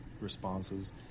responses